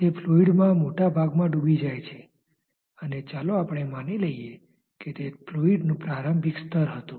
તે ફ્લુઈડ માં મોટા ભાગમાં ડૂબી જાય છે અને ચાલો આપણે માની લઇએ કે તે ફ્લુઈડનું પ્રારંભિક સ્તર હતું